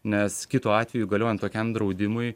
nes kitu atveju galiojant tokiam draudimui